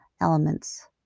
elements